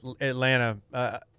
Atlanta –